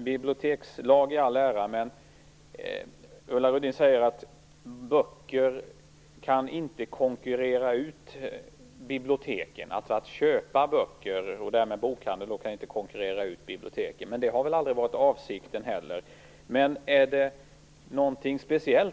Bibliotekslag i all ära, men Ulla Rudin säger att köpta böcker och därmed bokhandeln inte kan konkurrera ut biblioteken. Det har väl heller aldrig varit avsikten. Har